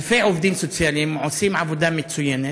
אלפי עובדים סוציאליים עושים עבודה מצוינת,